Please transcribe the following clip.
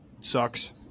sucks